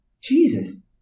Jesus